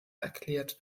erklärt